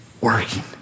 working